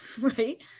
Right